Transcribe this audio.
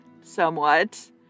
somewhat